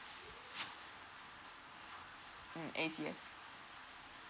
mm A_C_S